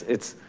it's,